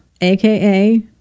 aka